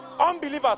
unbelievers